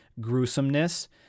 gruesomeness